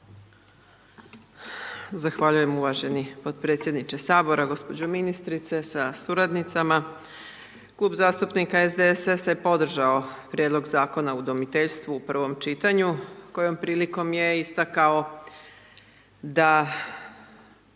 Zahvaljujem uvaženi potpredsjedniče Sabora, gospođo ministrice sa suradnicama, klub zastupnika SDSS-a je podržao prijedlog Zakona o udomiteljstvu u prvom čitanju kojom prilikom je istakao da